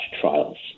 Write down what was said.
trials